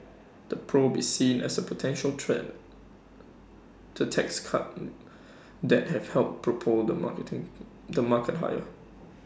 the probe is seen as A potential threat to tax cut that have helped propel the marketing the market higher